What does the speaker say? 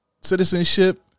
citizenship